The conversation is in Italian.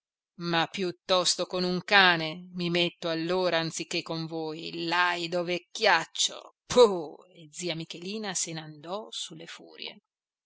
ma piuttosto con un cane mi metto allora anziché con voi laido vecchiaccio puh e zia michelina se n'andò su le furie